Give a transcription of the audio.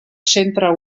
centre